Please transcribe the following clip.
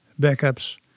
backups